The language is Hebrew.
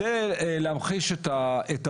על מנת להמחיש את הבעייתיות,